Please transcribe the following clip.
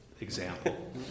example